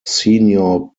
senior